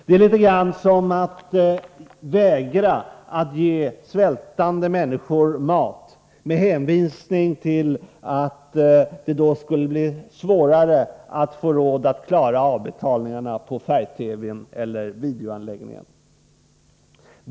Det är litet grand som att vägra att ge svältande människor mat med hänvisning till att det då skulle bli svårare att få råd att klara avbetalningarna på färg-TV-n eller videoanläggningen.